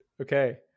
Okay